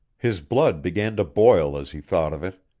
his blood began to boil as he thought of it.